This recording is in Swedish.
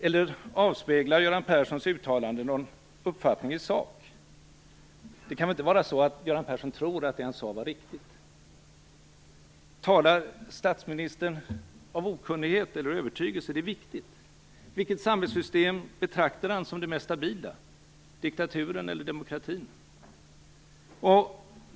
Eller avspeglar Göran Perssons uttalanden någon uppfattning i sak? Det kan väl inte vara så att Göran Persson tror att det han sade var riktigt? Talar statsministern av okunnighet eller av övertygelse? Detta är viktigt. Vilket samhällssystem betraktar han som det mest stabila - diktaturen eller demokratin?